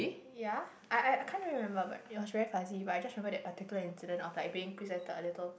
ya I I can't remember but it was very fuzzy but I just remember that particular incident of like being presented a little